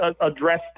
address